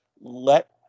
let